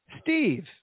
Steve